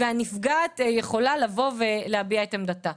והנפגעת יכולה לבוא ולהביע את עמדתה.